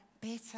better